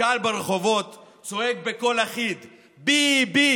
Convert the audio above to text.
הקהל ברחובות צועק בקול אחיד "בי-בי,